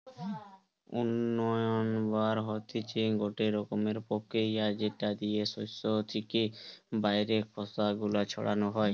উইন্নবার হতিছে গটে রকমের প্রতিক্রিয়া যেটা দিয়ে শস্য থেকে বাইরের খোসা গুলো ছাড়ানো হয়